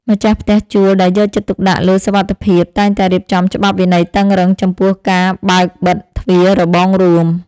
ម្ចាស់ផ្ទះជួលដែលយកចិត្តទុកដាក់លើសុវត្ថិភាពតែងតែរៀបចំច្បាប់វិន័យតឹងរឹងចំពោះការបើកបិទទ្វាររបងរួម។